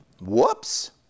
whoops